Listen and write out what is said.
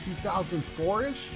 2004-ish